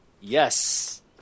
Yes